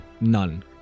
none